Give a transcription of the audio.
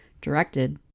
directed